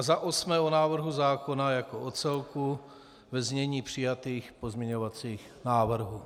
Za osmé o návrhu zákona jako o celku ve znění přijatých pozměňovacích návrhů.